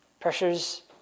Pressures